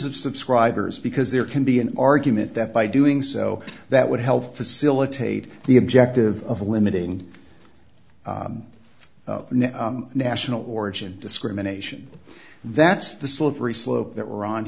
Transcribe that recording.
of subscribers because there can be an argument that by doing so that would help facilitate the objective of limiting national origin discrimination that's the slippery slope that